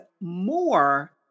more